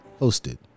hosted